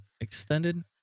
extended